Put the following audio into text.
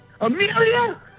Amelia